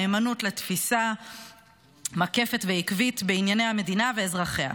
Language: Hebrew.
נאמנות לתפיסה מקפת ועקבית בענייני המדינה ואזרחיה,